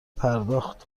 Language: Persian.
پرداخت